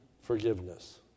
forgiveness